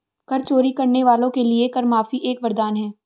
कर चोरी करने वालों के लिए कर माफी एक वरदान है